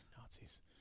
Nazis